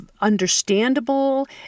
understandable